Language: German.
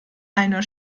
einer